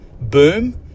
boom